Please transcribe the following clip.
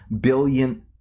billion